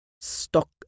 stock